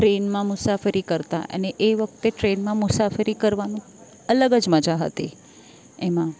ટ્રેનમાં મુસાફરી કરતાં અને એ વખતે ટ્રેનમાં મુસાફરી કરવાનું અલગ જ મજા હતી એમાં